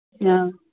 ꯑꯥ